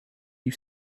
you